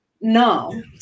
No